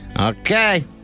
Okay